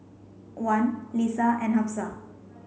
Wan Lisa and Hafsa